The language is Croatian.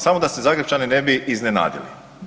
Samo da se Zagrepčane ne bi iznenadilo.